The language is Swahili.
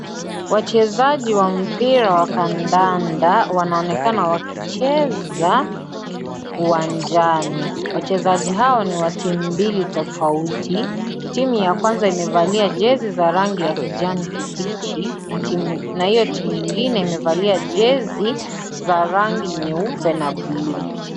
Wachezaji wa mipira wa kandanda wanaonekana wakicheza uwanjani. Wachezaji hao ni wa team mbili tofauti. teams ya kwanza imevalia jesi za rangi ya kijani kipiji na hiyo team ingine imevalia jesi ya rangi nyeupe na blue